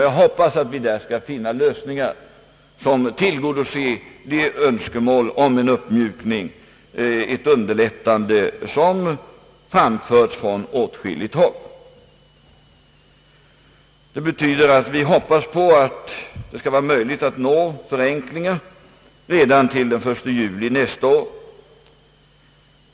Jag hoppas att vi därvidlag skall finna lös ningar som tillgodoser de önskemål om en uppmjukning och ett underlättande som har framförts från åtskilliga håll. Det betyder att vi hoppas att det skall vara möjligt att nå förenklingar redan till den 1 juli nästa år.